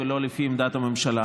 ולא לפי עמדת הממשלה.